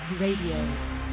Radio